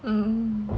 hmm